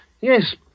Yes